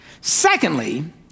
Secondly